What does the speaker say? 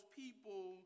people